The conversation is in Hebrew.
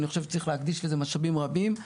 אני חושב שצריך להקדיש לזה משאבים רבים.